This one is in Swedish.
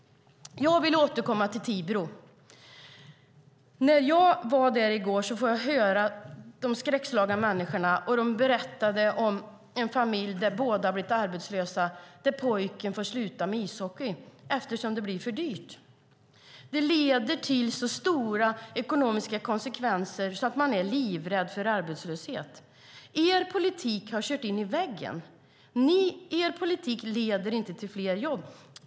När jag var i Tibro i går fick jag höra de skräckslagna människorna berätta om en familj där båda föräldrarna blivit arbetslösa och pojken fått sluta med ishockey, eftersom det blev för dyrt. Det leder till så stora ekonomiska konsekvenser att man är livrädd för arbetslöshet. Er politik har kört in i väggen. Er politik leder inte till fler jobb.